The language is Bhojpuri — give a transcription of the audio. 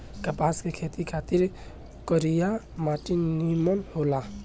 कपास के खेती खातिर करिया माटी निमन होला